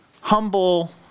humble